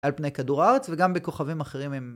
על פני כדור הארץ וגם בכוכבים אחרים עם...